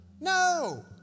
no